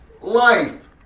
life